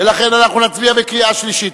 ולכן אנחנו נצביע בקריאה שלישית.